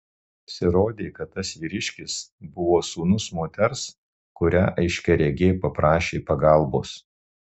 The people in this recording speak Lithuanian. pasirodė kad tas vyriškis buvo sūnus moters kurią aiškiaregė paprašė pagalbos